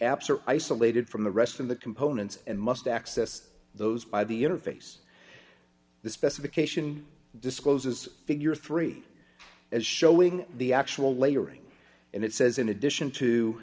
are isolated from the rest of the components and must access those by the interface the specification discloses figure three as showing the actual layering and it says in addition to